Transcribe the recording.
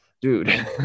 Dude